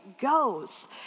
goes